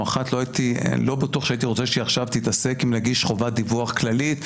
לא בטוח שעכשיו הייתי רוצה שתתעסק עם להגיש חובת דיווח כללית,